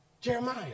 Jeremiah